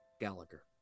Gallagher